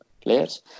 players